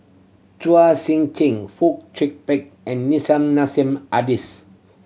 Chua Sian Chin and Nissim Nassim Adis